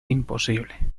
imposible